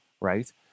right